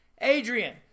Adrian